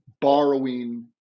borrowing